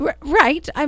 Right